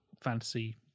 fantasy